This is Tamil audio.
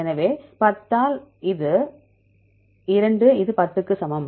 எனவே 10 ஆல் 2 இது 10 க்கு சமம்